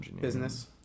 Business